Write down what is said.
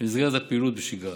במסגרת הפעילות בשגרה,